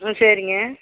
ம் சரிங்க